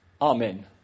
Amen